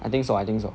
I think so I think so